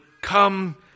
come